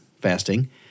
fasting